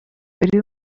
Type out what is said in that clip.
mbere